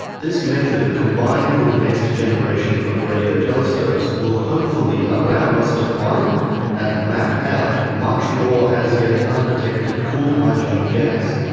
this method, combined with the next generation of radio telescopes, will hopefully allow us to find and map out much more as yet undetected cool hydrogen gas,